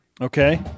Okay